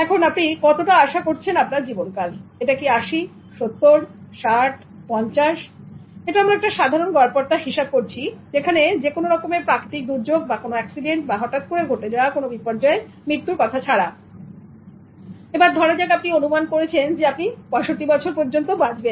এখন আপনি কতটা আশা করছেন আপনার জীবনকাল এটা কি 8070 6050 এটা আমরা একটা সাধারন গড়পড়তা হিসাব করছি যেখানে যে কোনো রকমের প্রাকৃতিক দুর্যোগ বা কোনো অ্যাক্সিডেন্ট বা হঠাৎ করে ঘটে যাওয়া কোন বিপর্যয়ে মৃত্যুর কথা ছাড়া ধরা যাক আপনি অনুমান করেছেন যে আপনি 65 বছর পর্যন্ত বাঁচবেন